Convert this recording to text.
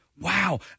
wow